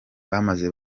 bamaze